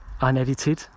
unedited